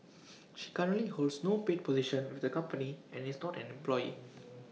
she currently holds no paid position with the company and is not an employee